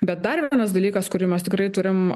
bet dar vienas dalykas kurį mes tikrai turim